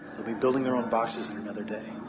they'll be building their own boxes in another day.